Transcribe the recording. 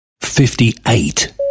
Fifty-eight